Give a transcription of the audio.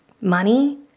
money